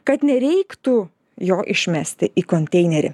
kad nereiktų jo išmesti į konteinerį